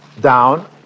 down